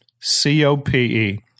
C-O-P-E